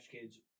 Kids